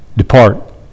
Depart